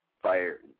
Fire